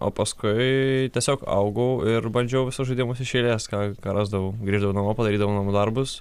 o paskui tiesiog augau ir bandžiau visus žaidimus iš eilės ką ką rasdavau grįždavau namo padarydavau namų darbus